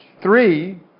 Three